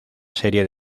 serie